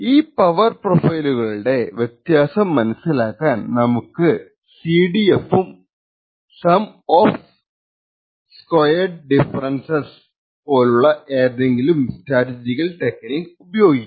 ഈ പവർ പ്രൊഫൈലുകളുടെ വ്യത്യാസം മനസ്സിലാക്കാൻ നമുക്ക് CDF ഉം സം ഓഫ് സ്ക്വയർഡ് ഡിഫറെൻസസ്സ് പോലുള്ള ഏതെങ്കിലും സ്റ്റാറ്റിസ്റ്റിക്കൽ ടെക്നിക്ക് ഉപയോഗിക്കാം